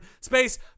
Space